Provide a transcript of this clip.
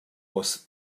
was